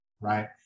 right